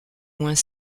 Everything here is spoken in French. moins